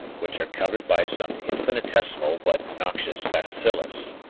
which are covered by some infinitesimal but noxious bacillus.